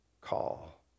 call